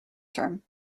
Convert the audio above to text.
term